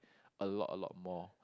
a lot a lot more